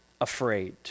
afraid